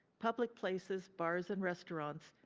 public places, bars and restaurants